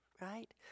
right